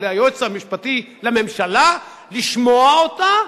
ליועץ המשפטי לממשלה, לשמוע אותה,